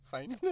Fine